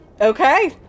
Okay